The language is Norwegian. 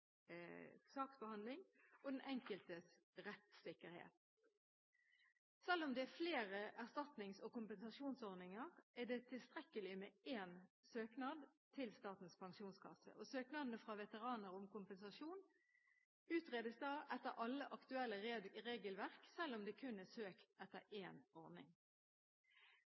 saksbehandling og den enkeltes rettssikkerhet. Selv om det er flere erstatnings- og kompensasjonsordninger, er det tilstrekkelig med én søknad til Statens pensjonskasse. Søknader fra veteraner om kompensasjon utredes da etter alle aktuelle regelverk, selv om det kun er søkt etter én ordning.